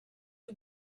you